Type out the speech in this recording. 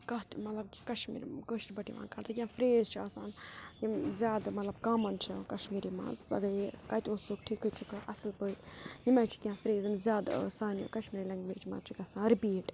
کانٛہہ تہِ مطلب کہِ کَشمیٖر کٲشٕر پٲٹھۍ یِوان یا فرٛیز چھِ آسان یِم زیادٕ مطلب کامَن چھِ یِوان کَشمیری مَنٛز یہِ کَتہِ اوسُکھ ٹھیٖکٕے چھُکھاہ اَصٕل پٲٹھۍ یِمَے چھِ کیٚنٛہہ فرٛیز یِم زیادٕ سانہِ کَشمیری لٮ۪ںٛگویج منٛز چھِ گژھان رِپیٖٹ